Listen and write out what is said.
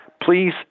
Please